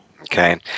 Okay